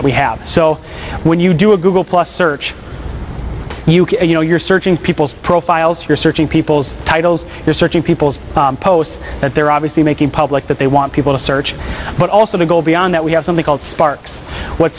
that we have so when you do a google plus search you know you're searching people's profiles you're searching people's titles they're searching people's posts that they're obviously making public that they want people to search but also to go beyond that we have something called sparks what